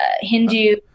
Hindu